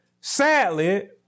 Sadly